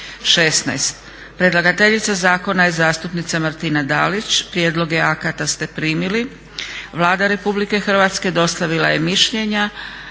716; Predlagateljica zakona je zastupnica Martina Dalić. Prijedloge akata ste primili. Vlada Republike Hrvatske je dostavila mišljenja.